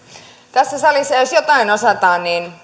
tässä salissa jos jotain osataan niin